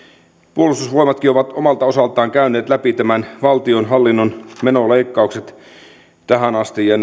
puolustusvoimatkin on omalta osaltaan käynyt läpi tämän valtionhallinnon menoleikkauksen tähän asti ja